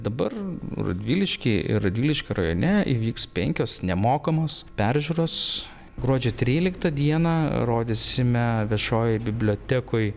dabar radviliškyje ir radviliškio rajone įvyks penkios nemokamos peržiūros gruodžio tryliktą dieną rodysime viešojoje bibliotekoje